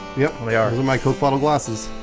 yep, they are with my coke bottle glasses